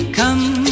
come